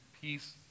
peace